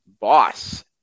boss